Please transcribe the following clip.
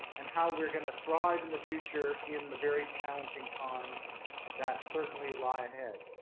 and how we're going to thrive in the future in the very challenging times that certainly lie ahead.